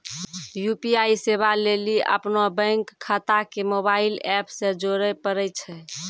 UPI सेबा लेली अपनो बैंक खाता के मोबाइल एप से जोड़े परै छै